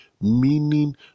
meaning